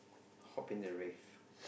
hopping the rave